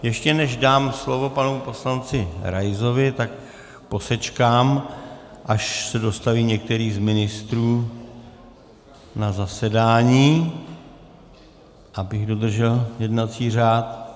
Ještě než dám slovo panu poslanci Raisovi, tak posečkám, až se dostaví některý z ministrů na zasedání, abych dodržel jednací řád.